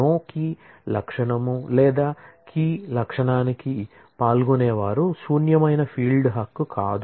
no key attribute లేదా key attributes కి పాల్గొనేవారు శూన్యమైన ఫీల్డ్ హక్కు కాదు